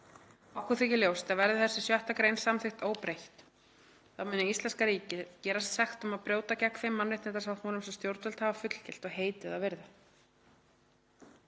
Okkur þykir ljóst að verði þessi 6. gr. samþykkt óbreytt þá muni íslenska ríkið gerast sekt um að brjóta gegn þeim mannréttindasáttmálum sem stjórnvöld hafa fullgilt og heitið að virða.“